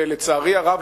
ולצערי הרב,